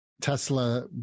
Tesla